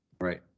Right